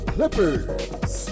Clippers